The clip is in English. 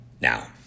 Now